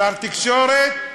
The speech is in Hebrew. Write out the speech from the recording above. שר תקשורת,